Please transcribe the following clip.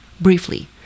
Briefly